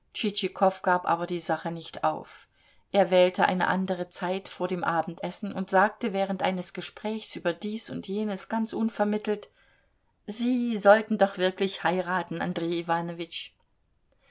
gab aber die sache nicht auf er wählte eine andere zeit vor dem abendessen und sagte während eines gesprächs über dies und jenes ganz unvermittelt sie sollten doch wirklich heiraten andrej